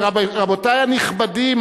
רבותי הנכבדים,